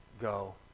go